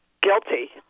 Guilty